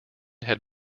had